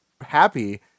happy